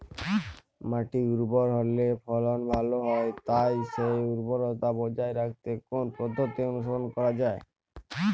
মাটি উর্বর হলে ফলন ভালো হয় তাই সেই উর্বরতা বজায় রাখতে কোন পদ্ধতি অনুসরণ করা যায়?